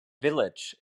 village